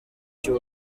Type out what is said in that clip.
cy’u